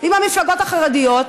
עם המפלגות החרדיות,